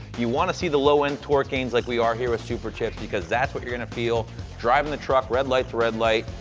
you want to see the low-end torque gains like we are here with superchips, because that's what you're going to feel driving the truck red light to red light,